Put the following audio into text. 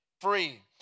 Free